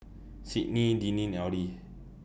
Sydnee Deneen and Audie